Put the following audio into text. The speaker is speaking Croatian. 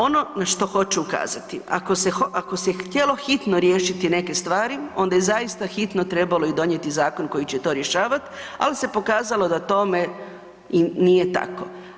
Ono na što hoću ukazati, ako se htjelo hitno riješiti neke stvari, onda je i zaista hitno trebalo i donijeti zakon koji će to rješavati ali se pokazalo da tome i nije tako.